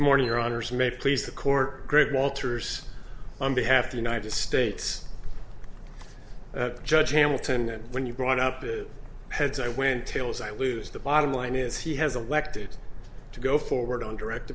morning your honour's may please the court great walters on behalf of the united states judge hamilton and when you brought up the heads i win tails i lose the bottom line is he has elected to go forward on direct